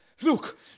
Look